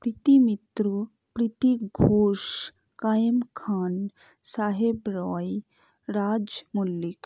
Preity Mitra Preeti Ghosh Kayem Khan Saheb Roy Raj Mallick